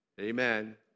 Amen